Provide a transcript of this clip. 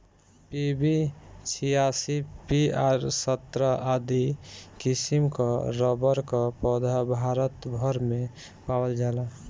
PB छियासी, PR सत्रह आदि किसिम कअ रबड़ कअ पौधा भारत भर में पावल जाला